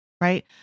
right